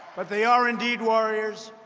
but they are indeed warriors.